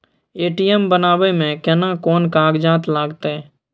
ATM बनाबै मे केना कोन कागजात लागतै?